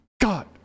God